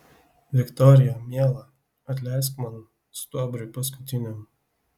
viktorija miela atleisk man stuobriui paskutiniam